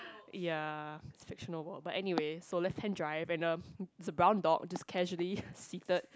ya catch no ball but anyway so left hand drive and the there's a brown dog just casually seated